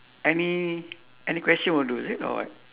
any any question will do is it or what